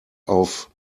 auf